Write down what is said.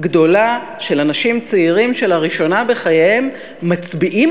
גדולה של אנשים צעירים שלראשונה בחייהם מצביעים